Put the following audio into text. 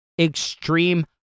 extreme